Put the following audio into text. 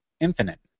infinite